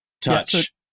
touch